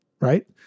Right